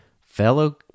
fellow